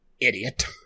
idiot